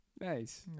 Nice